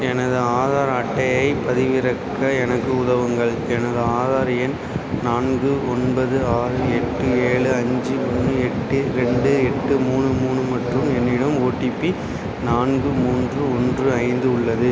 எனது ஆதார் அட்டையைப் பதிவிறக்க எனக்கு உதவுங்கள் எனது ஆதார் எண் நான்கு ஒன்பது ஆறு எட்டு ஏழு அஞ்சு ஒன்று எட்டு ரெண்டு எட்டு மூணு மூணு மற்றும் என்னிடம் ஓடிபி நான்கு மூன்று ஒன்று ஐந்து உள்ளது